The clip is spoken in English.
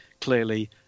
clearly